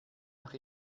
nach